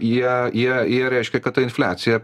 jie jie jie reiškia kad ta infliacija